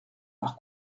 par